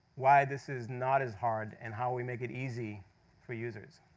why this is not as hard, and how we make it easy for users.